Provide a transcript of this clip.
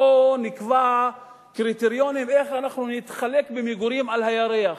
בוא נקבע קריטריונים איך אנחנו נתחלק במגורים על הירח.